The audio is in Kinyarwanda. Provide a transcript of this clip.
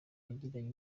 yagiranye